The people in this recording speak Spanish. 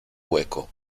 hueco